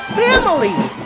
families